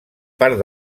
part